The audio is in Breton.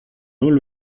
holl